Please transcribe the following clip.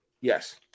Yes